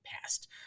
past